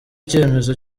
icyemezo